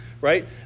right